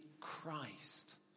Christ